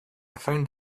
found